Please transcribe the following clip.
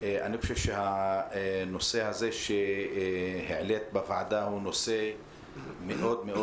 אני חושב שהנושא הזה שהעלית בוועדה הוא נושא חשוב מאוד מאוד.